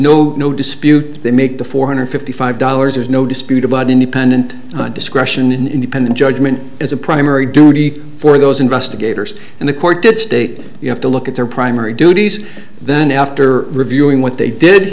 no no dispute they make the four hundred fifty five dollars there's no dispute about independent discretion independent judgment is a primary duty for those investigators and the court did state you have to look at their primary duties then after reviewing what they did